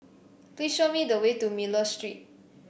please show me the way to Miller Street